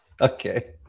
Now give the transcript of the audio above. Okay